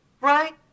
Right